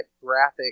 graphic